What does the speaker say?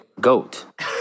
goat